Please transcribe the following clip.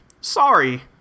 Sorry